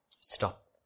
Stop